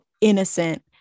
innocent